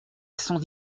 cent